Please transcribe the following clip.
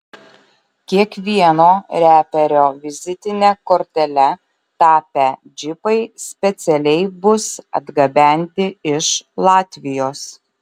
kiekvieno reperio vizitine kortele tapę džipai specialiai bus atgabenti iš latvijos